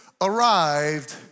arrived